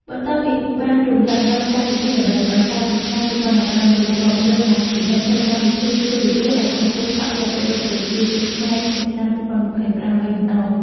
បន្ទាប់ពីបានរំលឹកនូវកម្មវិធីល្បីៗកាលពី ឆ្នាំ ២០១៥ រួចមក យើងមកពិនិត្យមើលកម្មវិធីទូរទស្សន៍ដែលកំពុងឆក់យកបេះដូងប្រជាជនខ្មែរក្នុងឆ្នាំ ២០២៥ វិញម្តង។